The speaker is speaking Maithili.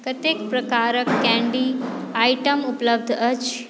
कतेक प्रकारक कैंडी आइटम उपलब्ध अछि